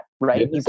right